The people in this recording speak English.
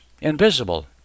invisible